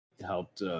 helped